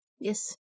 Yes